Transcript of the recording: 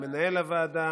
למנהל הוועדה